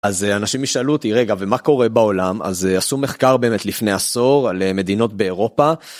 אז אנשים ישאלו אותי רגע ומה קורה בעולם אז עשו מחקר באמת לפני עשור על מדינות באירופה.